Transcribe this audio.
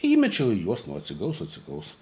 įmečiau juos nu atsigaus atsigaus